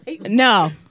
No